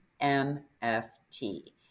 MFT